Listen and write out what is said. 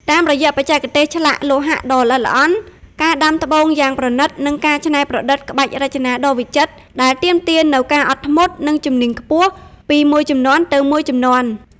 តាមរយៈបច្ចេកទេសឆ្លាក់លោហៈដ៏ល្អិតល្អន់ ការដាំត្បូងយ៉ាងប្រណីត និងការច្នៃប្រឌិតក្បាច់រចនាដ៏វិចិត្រ ដែលទាមទារនូវការអត់ធ្មត់ និងជំនាញខ្ពស់ពីមួយជំនាន់ទៅមួយជំនាន់។